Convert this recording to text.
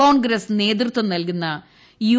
കോൺഗ്രസ് നേതൃത്വം നൽകുന്ന യു